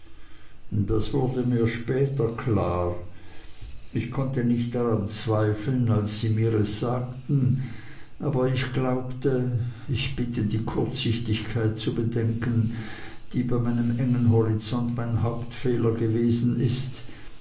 das wurde mir später klar ich konnte nicht daran zweifeln als sie mir es sagten aber ich glaubte ich bitte sie die kurzsichtigkeit zu bedenken die bei meinem engen horizont mein hauptfehler gewesen ist